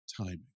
timing